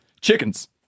Chickens